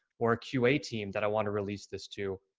or a q a team that i want to release this to?